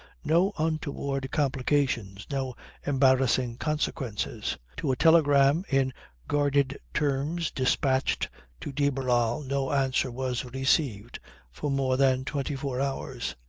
no untoward complications, no embarrassing consequences. to a telegram in guarded terms dispatched to de barral no answer was received for more than twenty-four hours.